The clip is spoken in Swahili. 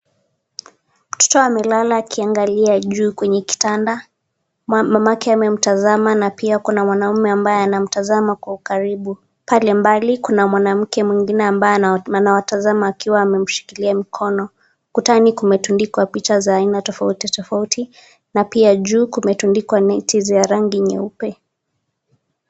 Mtoto amelala akiangalia juu kwenye kitanda, mamake amemtazama na pia kuna mwanaume ambaye anamtazama kwa ukaribu, pale mbali kuna mwanamke mwingine ambaye anawatazama akiwa ameshikilia mkono. Kutani kumetundikwa picha za aina tofauti tofauti na pia juu kumetundikwa neti za rangi nyeupe.